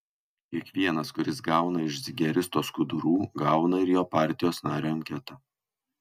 kiekvienas kuris gauna iš zigeristo skudurų gauna ir jo partijos nario anketą